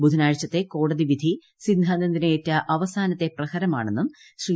ബുധനാഴ്ചത്തെ കോടതി വിധി സിദ്ധാന്തത്തിനേറ്റ അവസാനത്തെ പ്രഹരമാണെന്നും ശ്രീ